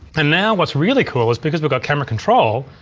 and now what's really cool is because we've got camera control,